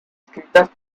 escritas